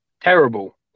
Terrible